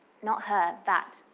not her, that.